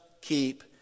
keep